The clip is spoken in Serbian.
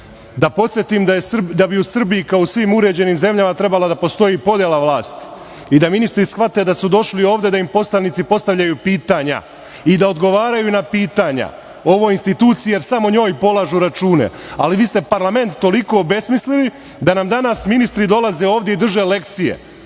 podsetim da bi u Srbiji kao u svim uređenim zemljama trebala da postoji podela vlasti i da ministri shvate da su došli ovde da im poslanici postavljaju pitanja i da odgovaraju na pitanja u ovoj instituciji, jer samo njoj polažu račune, ali vi ste parlament toliko obesmislili da nam danas ministri dolaze ovde i drže lekcije